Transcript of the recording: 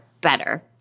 better